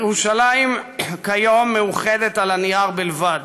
ירושלים כיום מאוחדת על הנייר בלבד,